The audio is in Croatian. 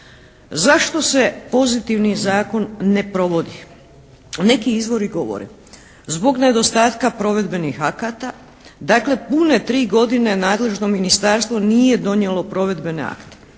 Zašto se pozitivni zakon ne provodi? Neki izvori govore zbog nedostatka provedbenih akata, dakle pune tri godine nadležno ministarstvo nije donijelo provedbene akte